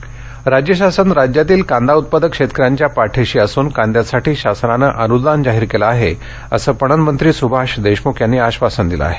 कांदा हमी भाव राज्य शासन राज्यातील कांदा उत्पादक शेतकऱ्यांच्या पाठीशी असून कांद्यासाठी शासनानं अनुदान जाहीर केलं आहे असं पणनमंत्री सुभाष देशमुख यांनी आक्षासन दिलं आहे